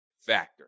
factor